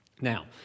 Now